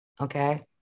Okay